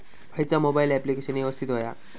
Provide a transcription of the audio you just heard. खयचा mobile application यवस्तित होया?